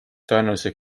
tõenäoliselt